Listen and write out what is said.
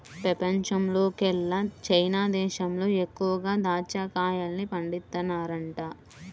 పెపంచంలోకెల్లా చైనా దేశంలో ఎక్కువగా దాచ్చా కాయల్ని పండిత్తన్నారంట